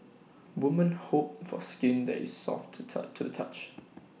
women hope for skin that is soft to to the touch